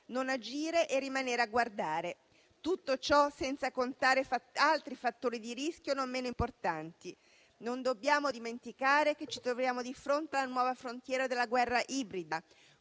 non agire e rimanere a guardare. Tutto ciò, senza contare altri fattori di rischio non meno importanti. Non dobbiamo dimenticare che ci troviamo di fronte alla nuova frontiera della guerra ibrida,